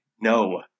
No